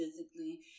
physically